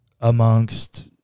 amongst